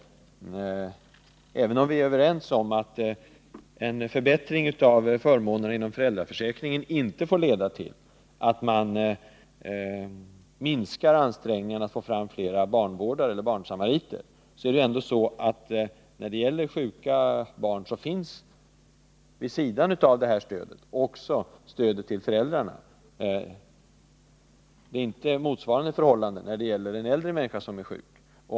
Även om vi är överens om att en förbättring av förmånerna inom föräldraförsäkringen inte får leda till att man minskar ansträngningarna att få fram fler barnvårdare eller barnsamariter, är det ändå så, att när det gäller sjuka barn finns det vid sidan av det här stödet också stödet till föräldrarna. Motsvarande stöd finns inte när det gäller en äldre människa som är sjuk.